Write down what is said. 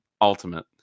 Ultimate